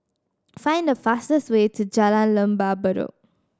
find the fastest way to Jalan Lembah Bedok